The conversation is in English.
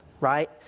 right